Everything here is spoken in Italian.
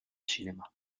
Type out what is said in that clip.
cinema